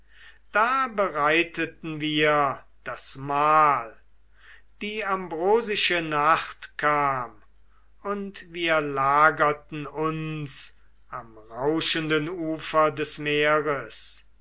da bereiteten wir das mahl die ambrosische nacht kam und wir lagerten uns am rauschenden ufer des meeres